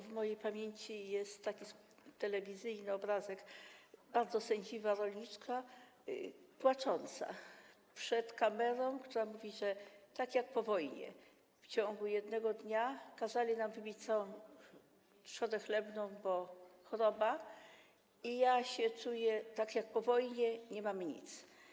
W mojej pamięci jest taki telewizyjny obrazek: bardzo sędziwa rolniczka płacząca przed kamerą, która mówi: po wojnie w ciągu jednego dnia kazali nam wybić całą trzodę chlewną, bo choroba, i ja się czuję tak jak po wojnie - nie mam nic.